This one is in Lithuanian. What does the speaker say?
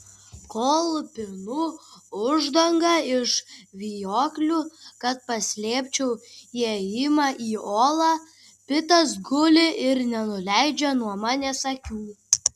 kol pinu uždangą iš vijoklių kad paslėpčiau įėjimą į olą pitas guli ir nenuleidžia nuo manęs akių